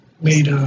Made